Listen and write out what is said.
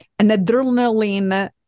adrenaline